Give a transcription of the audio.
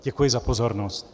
Děkuji za pozornost.